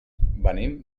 venim